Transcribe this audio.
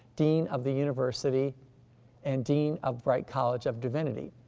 dean of the university and dean of brite college of divinity.